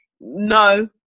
no